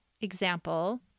example